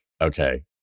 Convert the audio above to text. okay